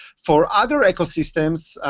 for other ecosystems,